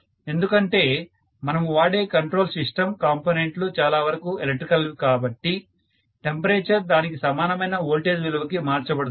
ఎందుకంటే మనము వాడే కంట్రోల్ సిస్టమ్ కాంపోనెంట్ లు చాలా వరకు ఎలక్ట్రికల్ వి కాబట్టి టెంపరేచర్ దానికి సమానమైన వోల్టేజ్ విలువకి మార్చబడుతుంది